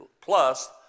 plus